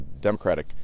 Democratic